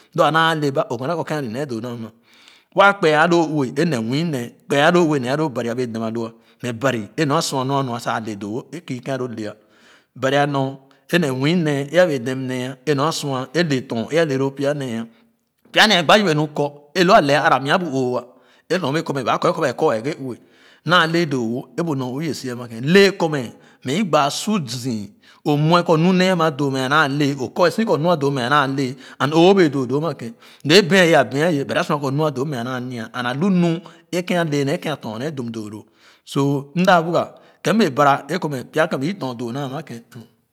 Lo a naa le ba o kɔ nee kɔ ale nee doo nam waa kpee alo ye e nee mori nee kpea alo ue ner aloo bari a bee dem aloa mɛ bari e nor a sua nu a nua sa ale doo wo kii ken alo le ah bari anor e nee mowi nee e a bee dem nee e nor a sua e le tɔn é a le loo pya nee pya nee gbaa yebe nu kɔ e lua lɛah ara nya do e nornee bee kɔ ba kɔ ghe kɔ ba kɔa ghe ue naa lee doo mo e bu nor ue ibee si ama keh kɔ mɛ mɛ i gba su zii-zii o kɔ ikɔ nu nee ama doo mɛ a naa le o kɔ kɔ naa doo naa le and o bee doo doo ama ken o e bea yena bɛa ye but a sua kɔ nu a doo mɛ a naa niya and a lu nu ken alee nee ken a tɔn nee dum doo lo so m da wuga ken m bee bara kɔ mɛ e kume pya ken bii tɔn doo naa ken.